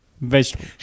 Vegetable